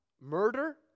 murder